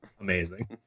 amazing